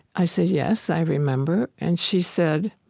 i said, yes, i remember. and she said,